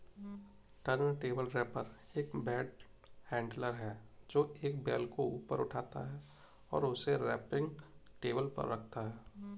turntable wrapper एक bale handler है, जो एक बेल को ऊपर उठाता है और उसे रैपिंग टेबल पर रखता है